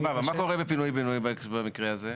סבבה, ומה קורה בפינוי בינוי במקרה הזה?